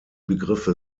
begriffe